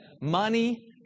money